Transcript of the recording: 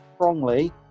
strongly